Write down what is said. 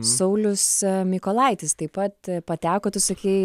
saulius mykolaitis taip pat pateko tu sakei